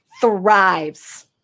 thrives